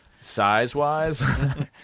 Size-wise